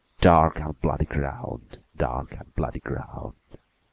dark and bloody ground! dark and bloody ground!